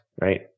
right